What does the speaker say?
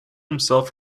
himself